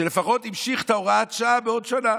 שלפחות המשיך את הוראת השעה בעוד שנה,